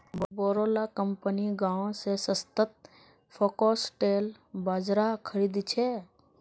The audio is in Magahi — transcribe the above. बोरो ला कंपनि गांव स सस्तात फॉक्सटेल बाजरा खरीद छेक